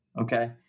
okay